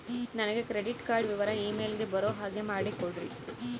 ನನಗೆ credit card ವಿವರ email ಗೆ ಬರೋ ಹಾಗೆ ಮಾಡಿಕೊಡ್ರಿ?